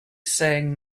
saying